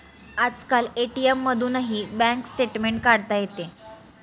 आजकाल ए.टी.एम मधूनही bank statement काढता येते